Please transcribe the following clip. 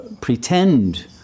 pretend